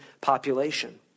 population